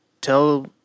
tell